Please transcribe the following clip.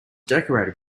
decorated